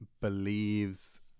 believes